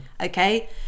Okay